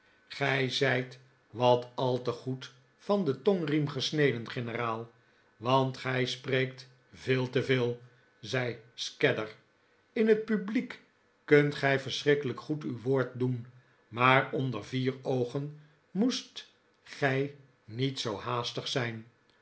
zijt wat al te goed van den tongriem gesneden generaal want gij spreekt veel te veel zei scadder in het publiek kunt gij verschrikkelijk goed uw woord doen maar onder vier oogen moest gij niet zoo haastig zijn